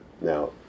Now